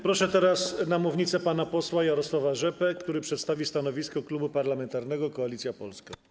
Proszę teraz na mównicę pana posła Jarosława Rzepę, który przedstawi stanowisko Klubu Parlamentarnego Koalicja Polska.